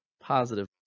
positive